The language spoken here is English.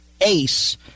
ace